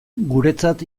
guretzat